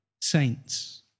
saints